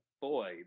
boy